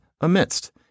amidst